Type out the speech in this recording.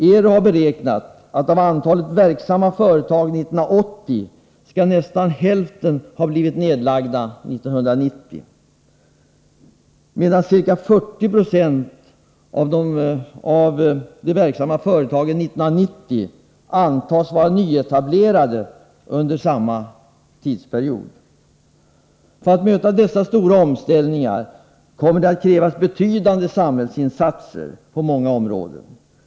ERU har beräknat att av antalet år 1980 verksamma företag kommer nästan hälften att ha blivit nedlagda 1990; medan ca 40 96 av de år 1990 verksamma företagen antas vara nyetablerade under samma tidsperiod. För att möta dessa stora omställningar kommer det att krävas betydande samhällsinsatser på många områden.